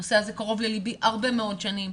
הנושא הזה קרוב ללבי הרבה מאוד שנים,